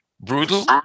brutal